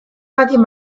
jakin